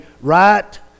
right